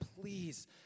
please